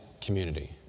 community